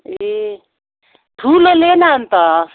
ए ठुलो ले न अन्त